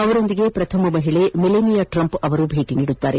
ಅವರೊಂದಿಗೆ ಪ್ರಥಮ ಮಹಿಳೆ ಮೆಲೆನಿಯಾ ಟ್ರಂಪ್ ಅವರು ಭೇಟಿ ನೀಡಲಿದ್ದಾರೆ